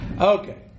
okay